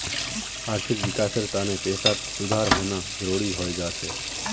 आर्थिक विकासेर तने पैसात सुधार होना जरुरी हय जा छे